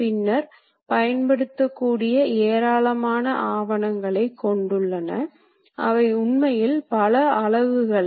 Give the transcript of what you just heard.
பகுதி நிரல்களைப் பயன்படுத்தி என்ன வகையான விஷயங்களைச் செய்யலாம் என்பதை பின்னர் பார்ப்போம்